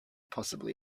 possibly